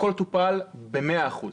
הכול טופל במאה אחוז.